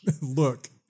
look